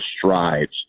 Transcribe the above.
strides